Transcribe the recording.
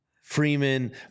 Freeman